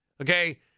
Okay